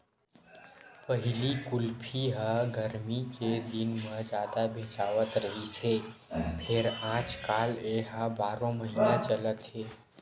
पहिली कुल्फी ह गरमी के दिन म जादा बेचावत रिहिस हे फेर आजकाल ए ह बारो महिना चलत हे